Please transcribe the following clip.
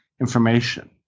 information